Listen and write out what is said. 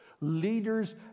leaders